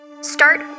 Start